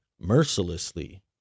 mercilessly